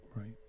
Right